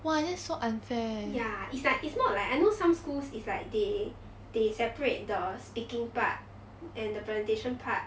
ya it's like it's not like I know some schools is like they they separate the speaking part and the presentation part